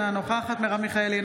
אינה נוכחת מרב מיכאלי,